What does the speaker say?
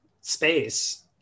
space